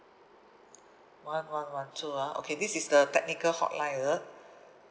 one one one two ah okay this is the technical hotline is it